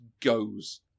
goes